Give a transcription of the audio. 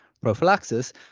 prophylaxis